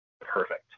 perfect